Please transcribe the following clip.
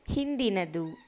ಹಿಂದಿನದು